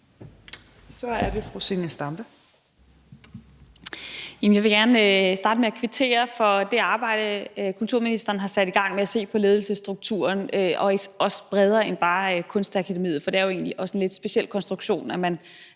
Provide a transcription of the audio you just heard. Kl. 18:43 Zenia Stampe (RV): Jeg vil gerne starte med at kvittere for det arbejde, kulturministeren har sat i gang, med at se på ledelsesstrukturen, også bredere end bare Kunstakademiet. For det er jo egentlig også en lidt speciel konstruktion, at der